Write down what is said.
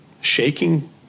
shaking